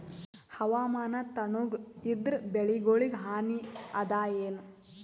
ಹವಾಮಾನ ತಣುಗ ಇದರ ಬೆಳೆಗೊಳಿಗ ಹಾನಿ ಅದಾಯೇನ?